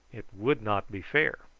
it would not be fair.